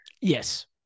Yes